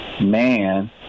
man